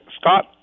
Scott